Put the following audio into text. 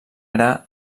gra